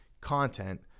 content